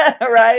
right